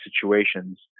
situations